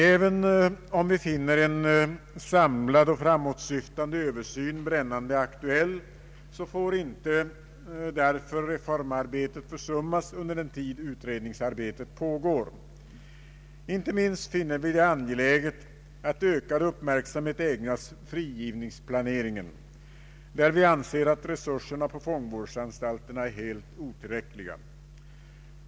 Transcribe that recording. Även om vi finner en samlad och framåtsyftande översyn brännande aktuell får därför inte reformarbetet försummas under den tid utredningsarbe tet pågår. Inte minst finner vi det angeläget att ökad uppmärksamhet ägnas frigivningsplaneringen, där vi anser att resurserna på fångvårdsanstalterna är helt otillräckliga.